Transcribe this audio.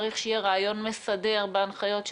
צריך שיהיה רעיון מסדר בהנחיות שניתנות,